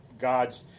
God's